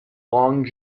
long